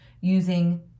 using